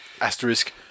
asterisk